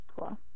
Cool